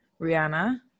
Rihanna